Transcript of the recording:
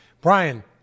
Brian